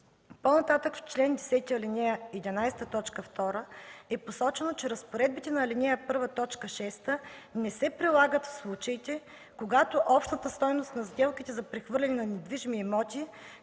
По-нататък в чл. 10, ал. 11, т. 2 е посочено, че разпоредбите на ал. 1, т. 6 не се прилагат в случаите, когато общата стойност на сделките за прехвърляне на недвижими имоти